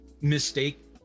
mistake